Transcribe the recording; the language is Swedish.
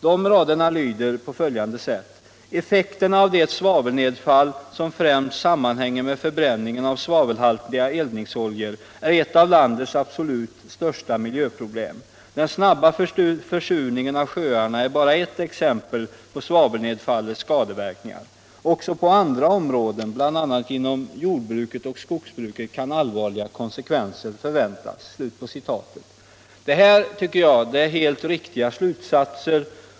Dessa rader i reservationen lyder: ”———- effekterna av det svavelnedfall som främst sammanhänger med förbränningen av svavelhaltiga eldningsoljor är ett av landets absolut största miljöproblem. Den snabba försurningen av sjöarna är bara ett exempel på svavelnedfallets skadeverkningar. Också på andra områden, bl.a. inom jordbruket och skogsbruket, kan allvarliga konsekvenser förväntas.” Det tycker jag är helt riktiga slutsatser.